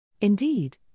Indeed